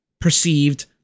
perceived